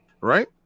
right